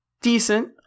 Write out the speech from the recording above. decent